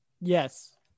Yes